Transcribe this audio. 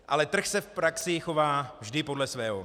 Ale trh se v praxi chová vždy podle svého.